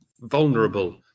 vulnerable